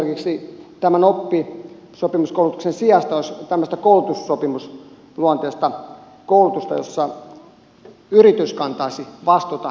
esimerkiksi tämän oppisopimuskoulutuksen sijasta voisi olla tämmöistä koulutussopimusluonteista koulutusta jossa yritys kantaisi vastuuta